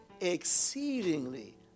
exceedingly